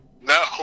No